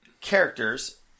characters